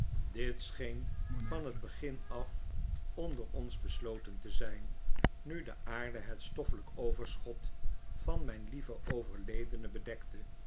dit scheen van het begin af onder ons besloten te zijn nu de aarde het stoffelijk overschot van mijn lieve overledene bedekte